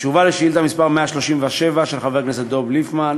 תשובה על שאילתה 137 של חבר הכנסת דב ליפמן: